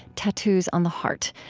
tattoos on the heart,